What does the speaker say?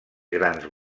grans